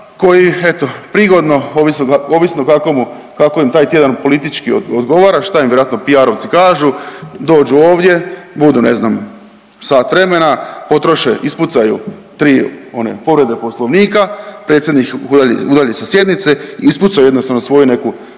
ka…, ovisno kako mu, kako im taj tjedan politički odgovora, šta im vjerojatno PR-ovci kažu, dođu ovdje, budu ne znam sat vremena, potroše, ispucaju tri one povrede poslovnika, predsjednik ih udalji, udalji sa sjednice, ispucaju jednostavno svoju neku